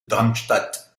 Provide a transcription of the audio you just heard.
darmstadt